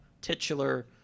titular